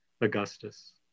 Augustus